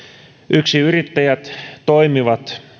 yksinyrittäjät toimivat